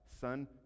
Son